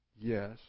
Yes